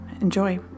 Enjoy